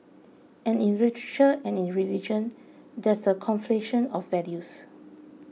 and in literature and in religion there's a conflation of values